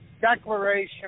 Declaration